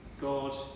God